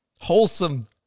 Wholesome